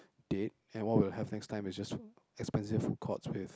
dead and what we will have next time is just expensive food court with